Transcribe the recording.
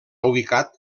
ubicat